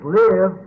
live